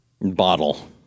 Bottle